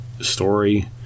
story